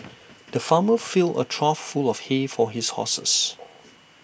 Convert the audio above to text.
the farmer filled A trough full of hay for his horses